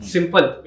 Simple